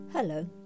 Hello